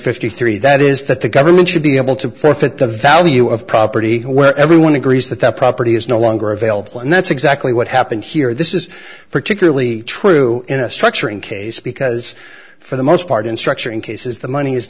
fifty three that is that the government should be able to forfeit the value of property where everyone agrees that that property is no longer available and that's exactly what happened here this is particularly true in a structuring case because for the most part in structuring cases the money is